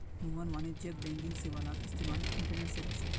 मोहन वाणिज्यिक बैंकिंग सेवालाक इस्तेमाल इंटरनेट से करछे